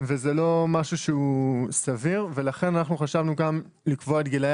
וזה לא סביר לכן חשבנו גם לקבוע את גילאי